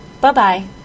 Bye-bye